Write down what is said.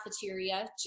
cafeteria